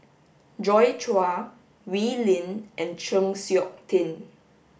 Joi Chua Wee Lin and Chng Seok Tin